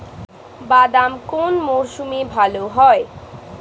বাদাম কোন মরশুমে ভাল হয়?